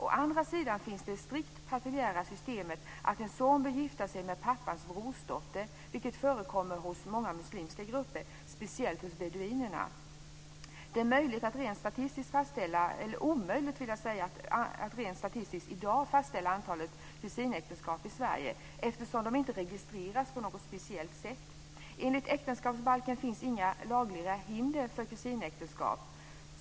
Å andra sidan finns det strikt patrilineära systemet att en son bör gifta sig med pappans brorsdotter, vilket förekommer hos många muslimska grupper, speciellt hos beduinerna. Det är omöjligt att i dag rent statistiskt fastställa antalet kusinäktenskap i Sverige, eftersom de inte registreras på något speciellt sätt. Enligt äktenskapsbalken finns det inga lagliga hinder för kusinäktenskap.